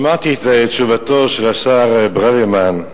שמעתי את תשובתו של השר ברוורמן,